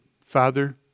Father